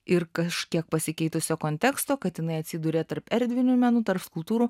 ir kažkiek pasikeitusio konteksto katinai atsiduria tarp erdvinių menų tarp skulptūrų